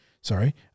Sorry